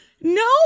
No